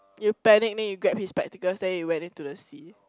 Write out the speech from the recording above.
you panic then you grab his spectacles then you went into the sea